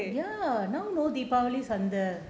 ya now no deepavali சந்தை:santhai